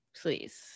please